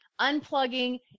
unplugging